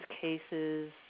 cases